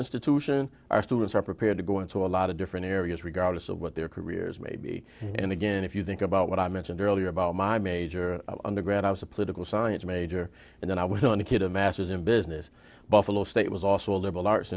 institution our students are prepared to go into a lot of different areas regardless of what their careers maybe and again if you think about what i mentioned earlier about my major undergrad i was a political science major and then i went on to get a master's in business buffalo state was also a liberal arts